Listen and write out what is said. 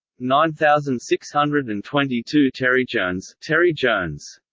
nine thousand six hundred and twenty two terryjones terryjones